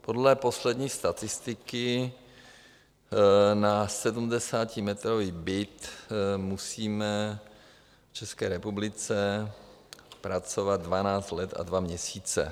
Podle poslední statistiky na 70metrový byt musíme v České republice pracovat 12 let a 2 měsíce.